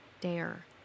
dare